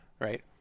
Right